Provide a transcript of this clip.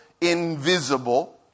invisible